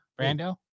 Brando